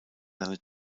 seine